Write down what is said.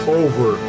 over